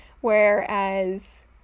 whereas